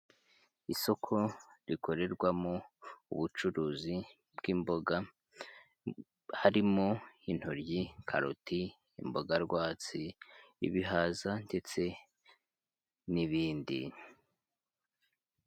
Isoko rikorerwamo ubucuruzi bw'imboga, harimo intoryi, karoti, imboga rwatsi, ibihaza ndetse n'ibindi.